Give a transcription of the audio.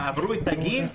עברו את הגיל,